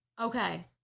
Okay